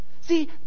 See